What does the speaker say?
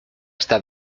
está